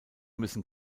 müssen